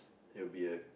it will be a